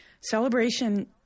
celebration